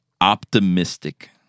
optimistic